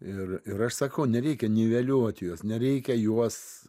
ir ir aš sakau nereikia niveliuoti juos nereikia juos